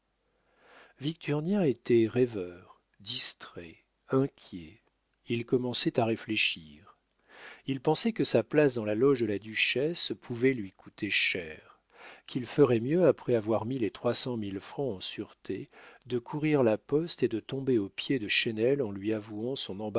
victurnien était rêveur distrait inquiet il commençait à réfléchir il pensait que sa place dans la loge de la duchesse pouvait lui coûter cher qu'il ferait mieux après avoir mis les trois cent mille francs en sûreté de courir la poste et de tomber aux pieds de chesnel en lui avouant son